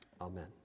Amen